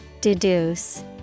Deduce